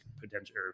potential